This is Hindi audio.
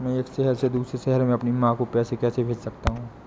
मैं एक शहर से दूसरे शहर में अपनी माँ को पैसे कैसे भेज सकता हूँ?